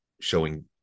showing